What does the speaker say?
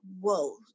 whoa